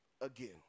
again